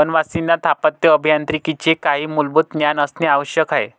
वनवासींना स्थापत्य अभियांत्रिकीचे काही मूलभूत ज्ञान असणे आवश्यक आहे